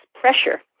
pressure